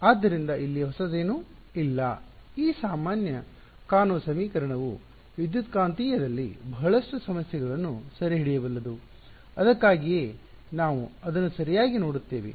ಆದ್ದರಿಂದ ಇಲ್ಲಿ ಹೊಸತೇನೂ ಇಲ್ಲ ಈ ಸಾಮಾನ್ಯ ಕಾಣುವ ಸಮೀಕರಣವು ವಿದ್ಯುತ್ಕಾಂತೀಯದಲ್ಲಿ ಬಹಳಷ್ಟು ಸಮಸ್ಯೆಗಳನ್ನು ಸೆರೆಹಿಡಿಯಬಲ್ಲದು ಅದಕ್ಕಾಗಿಯೇ ನಾವು ಅದನ್ನು ಸರಿಯಾಗಿ ನೋಡುತ್ತೇವೆ